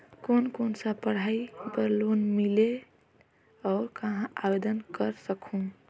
कोन कोन सा पढ़ाई बर लोन मिलेल और कहाँ आवेदन कर सकहुं?